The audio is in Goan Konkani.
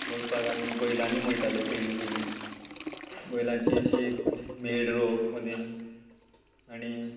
मळपाक आमी बैलांनी मळटाले पयलीं पयलीं बैलाची अशी मेड रोवप मदें आनी